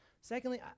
Secondly